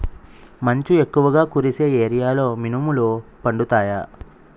మంచు ఎక్కువుగా కురిసే ఏరియాలో మినుములు పండుతాయా?